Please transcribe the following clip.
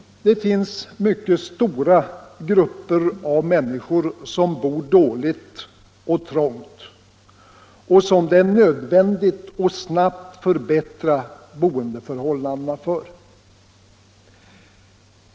Det finns mycket stora grupper av människor som bor dåligt och trångt och som det är nödvändigt att snabbt förbättra boendeförhållandena för.